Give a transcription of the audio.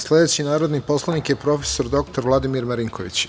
Sledeći narodni poslanik je prof. dr Vladimir Marinković.